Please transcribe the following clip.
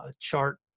chart